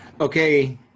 okay